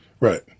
Right